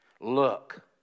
Look